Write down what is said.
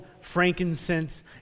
frankincense